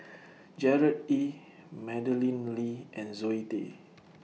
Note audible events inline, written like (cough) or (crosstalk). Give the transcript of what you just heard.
(noise) Gerard Ee Madeleine Lee and Zoe Tay